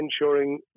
ensuring